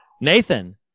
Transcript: Nathan